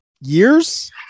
years